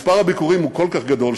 מספר הביקורים הוא כל כך גדול,